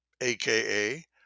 aka